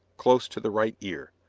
close to the right ear.